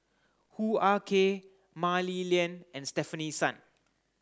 Hoo Ah Kay Mah Li Lian and Stefanie Sun